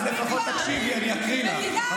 אין להם גבולות, פשוט.